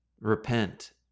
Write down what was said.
repent